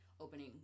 opening